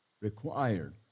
required